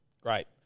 Great